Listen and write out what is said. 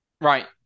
Right